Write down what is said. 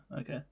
okay